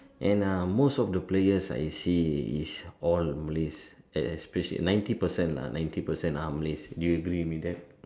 and uh most of the players I see is all Malays especially ninety percent lah ninety percent are Malays do you agree with that